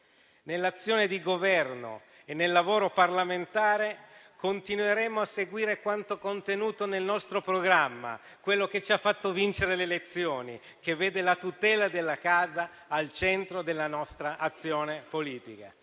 Nell'azione di governo e nel lavoro parlamentare continueremo a seguire quanto contenuto nel nostro programma, quello che ci ha fatto vincere le elezioni, che vede la tutela della casa al centro della nostra azione politica.